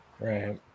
right